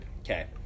Okay